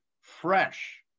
fresh